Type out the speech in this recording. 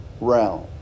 realm